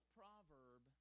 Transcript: proverb